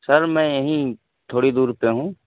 سر میں یہیں تھوڑی دور پہ ہوں